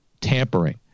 tampering